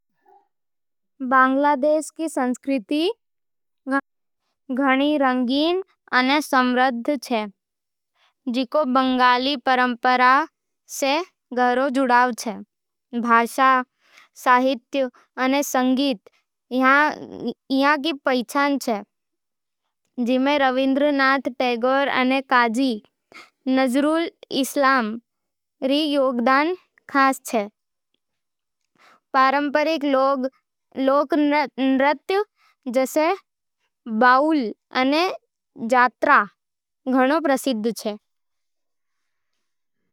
बांग्लादेश रो संस्कृति घणो रंगीन अने समृद्ध छे जिको बंगाली परंपरावां सै गहरी जुड़ेलो छे। भाषा, साहित्य अने संगीत इहाँ री पहचान छे, जिमें रविंद्रनाथ टैगोर अने काजी नजरुल इस्लाम रो योगदान खास छे। पारंपरिक लोक नृत्य, जैसे बाऊल अने जात्रा, घणो प्रसिद्ध छे।